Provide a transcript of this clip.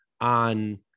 on